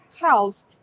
health